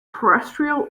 terrestrial